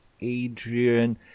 Adrian